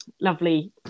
lovely